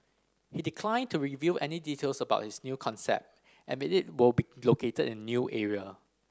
he declined to reveal any details about his new concept and it will be located in a new area